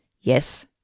yes